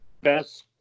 Best